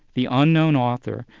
the unknown author,